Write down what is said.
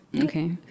Okay